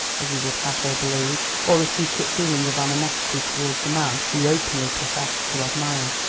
as he would have her believe, or a secret feeling of animosity towards the man he openly professed to admire?